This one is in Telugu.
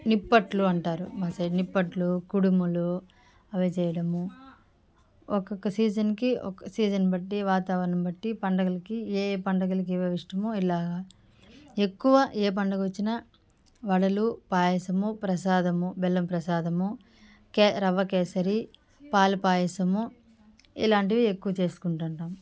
నిప్పట్లు అంటారు మా సైడు నిప్పట్లు కుడుములు అవి చేయడము ఒక్కొక్క సీజన్కి ఓ సీజను బట్టి వాతావరణం బట్టి పండగలకి ఏఏ పండగలకి ఏవేవి ఇష్టమో ఇలాగా ఎక్కువ ఏ పండుగ వచ్చినా వడలు పాయసము ప్రసాదము బెల్లం ప్రసాదము కే రవ కేసరి పాల పాయసము ఇలాంటివి ఎక్కువ చేసుకుంటు ఉంటాం